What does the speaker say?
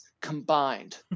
combined